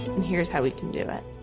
and here's how we can do it.